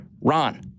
Ron